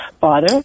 father